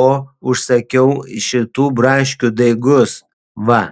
o užsakiau šitų braškių daigus va